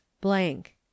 blank